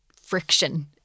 friction